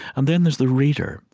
and then there's the reader,